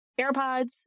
AirPods